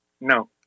No